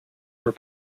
were